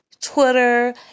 Twitter